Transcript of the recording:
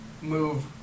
move